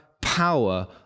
power